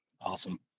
Awesome